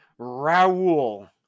Raul